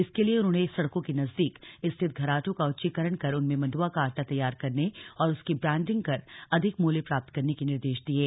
इसके लिए उन्होंने सड़कों के नजदीक स्थित घराटों का उच्चीकरण कर उनमें मंडुवा का आटा तैयार करने और उसकी ब्रैंडिंग कर अधिक मूल्य प्राप्त करने के निर्देश दिये